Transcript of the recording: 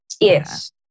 Yes